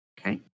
Okay